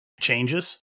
changes